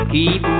Keep